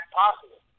possible